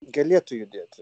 galėtų judėti